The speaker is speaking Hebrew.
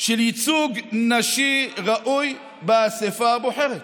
של ייצוג נשי ראוי באספה הבוחרת.